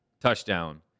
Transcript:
touchdown